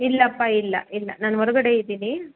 ಇಲ್ಲಪ್ಪ ಇಲ್ಲ ಇಲ್ಲ ನಾನು ಹೊರ್ಗಡೆ ಇದ್ದೀನಿ